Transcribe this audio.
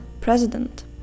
president